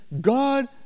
God